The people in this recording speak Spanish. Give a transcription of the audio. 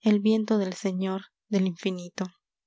el viento del señor del infinito